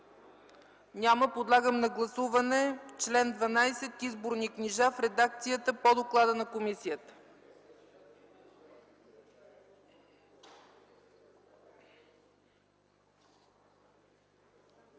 Няма. Подлагам на гласуване чл. 12 „Изборни книжа” в редакцията по доклада на комисията.